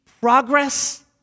progress